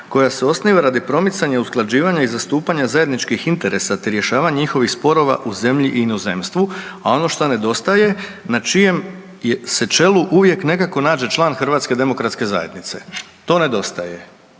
koja se osniva radi promicanja, usklađivanja i zastupanja zajedničkih interesa, te rješavanja njihovih sporova u zemlji i inozemstvu. A ono što nedostaje na čijem se čelu uvijek nekako nađe član Hrvatske demokratske zajednice. To nedostaje.